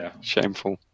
shameful